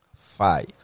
five